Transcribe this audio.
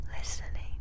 Listening